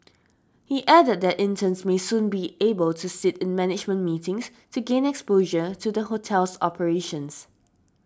he added that interns may soon be able to sit in management meetings to gain exposure to the hotel's operations